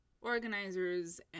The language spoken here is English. organizers